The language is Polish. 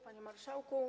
Panie Marszałku!